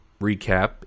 recap